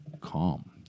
calm